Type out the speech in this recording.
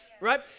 right